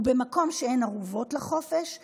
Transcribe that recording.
ובמקום שאין ערובות לחופש הפרט,